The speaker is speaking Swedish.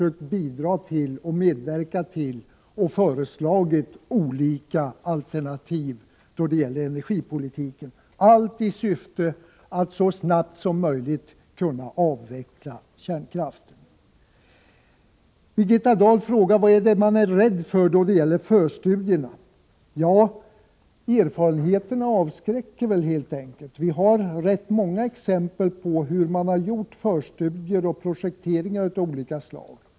Vi har t.ex. kommit med olika förslag då det gäller alternativ i energipolitiken, i syfte att så snabbt som möjligt kunna avveckla kärnkraften. Birgitta Dahl frågar vad det är man är rädd för då det gäller förstudierna. Ja, erfarenheterna avskräcker helt enkelt. Det finns rätt många exempel på hur man har gjort förstudier och projekteringar av olika slag.